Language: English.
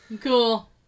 Cool